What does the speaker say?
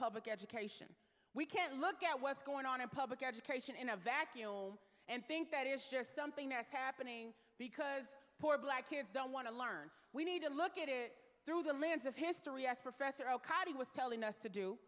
public education we can't look at what's going on in public education in a vacuum and think that is just something that's happening because poor black kids don't want to learn we need to look at it through the lens of history as professor okai was telling us to do